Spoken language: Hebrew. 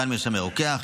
מתן מרשמי רוקח,